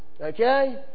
okay